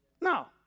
No